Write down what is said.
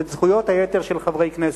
את זכויות היתר של חברי כנסת.